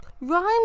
Rhymes